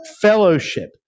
Fellowship